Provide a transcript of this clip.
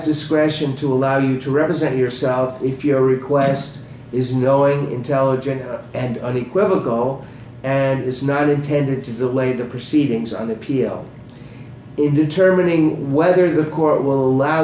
discretion to allow you to represent yourself if your request is knowing intelligent and unequivocal is not intended to delay the proceedings on appeal in determining whether the court will allow